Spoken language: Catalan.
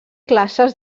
classes